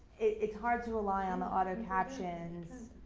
it's hard to rely on the auto-captions.